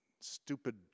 stupid